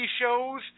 shows